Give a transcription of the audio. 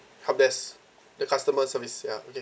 there's the customer service ya okay